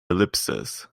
ellipses